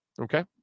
Okay